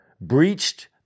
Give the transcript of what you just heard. breached